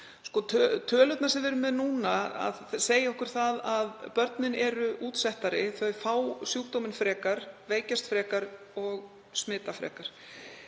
Tölurnar sem við erum með núna segja okkur að börnin eru útsettari, þau fá sjúkdóminn frekar, veikjast frekar og smita frekar.